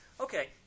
Okay